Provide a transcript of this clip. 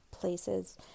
places